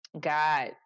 God